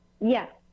Yes